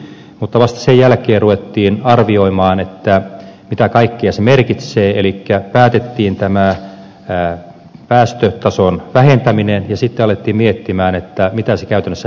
mutta vasta sen jälkeen ruvettiin arvioimaan mitä kaikkea se merkitsee eli päätettiin päästötason vähentäminen ja sitten alettiin miettiä mitä se käytännössä merkitsee